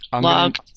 log